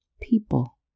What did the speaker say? people